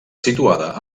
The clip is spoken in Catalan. situada